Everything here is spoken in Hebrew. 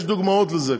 יש דוגמאות לזה,